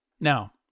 Now